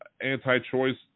anti-choice